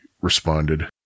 responded